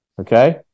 okay